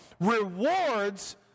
rewards